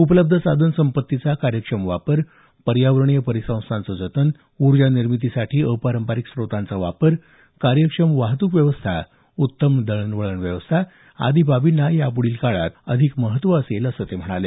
उपलब्ध साधन संपत्तीचा कार्यक्षम वापर पर्यावरणीय परिसंस्थांचं जतन ऊर्जा निर्मितीसाठी अपारंपरिक स्रोतांचा वापर कार्यक्षम वाहतूक व्यवस्था उत्तम दळणवळण व्यवस्था आदी बाबींना यापूढील काळात अधिक महत्त्व असेल असं ते म्हणाले